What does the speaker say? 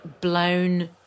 blown